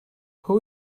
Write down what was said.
who